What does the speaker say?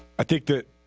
i think that